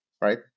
right